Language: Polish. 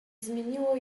zmieniło